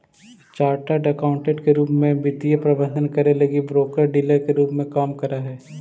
chartered accountant के रूप में वे वित्तीय प्रबंधन करे लगी ब्रोकर डीलर के रूप में काम करऽ हई